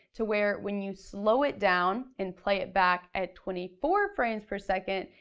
to where when you slow it down and play it back at twenty four frames per second,